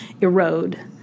erode